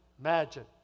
Imagine